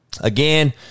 Again